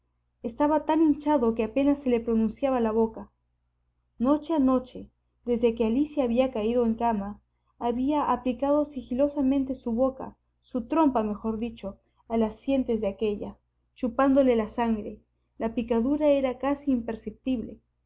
estaba tan hinchado que apenas se le pronunciaba la boca noche a noche desde que alicia había caído en cama había aplicado sigilosamente su boca su trompa mejor dicho a las sientes de aquella chupándole la sangre la picadura era casi imperceptible